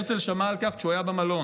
הרצל שמע על כך כשהוא היה במלון.